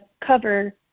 cover